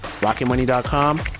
rocketmoney.com